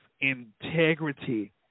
integrity